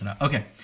Okay